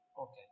Okay